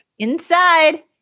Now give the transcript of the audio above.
Inside